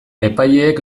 epaileek